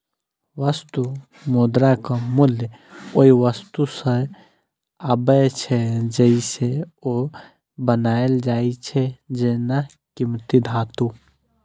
वस्तु मुद्राक मूल्य ओइ वस्तु सं आबै छै, जइसे ओ बनायल जाइ छै, जेना कीमती धातु